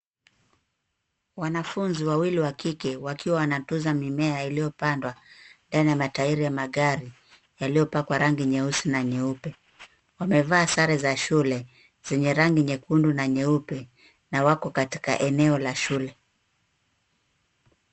Wanafunzi wawili wa kike wakiwa wanatuza mimea iliyopandwa ndani ya matairi ya magari yaliyopakwa rangi nyeusi na nyeupe, wamevaa sare za shule zenye rangi nyekundu na nyeupe na wako katika eneo la shule.